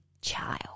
child